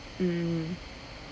mm